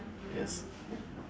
yes